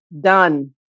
done